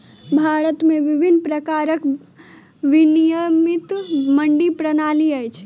भारत में विभिन्न प्रकारक विनियमित मंडी प्रणाली अछि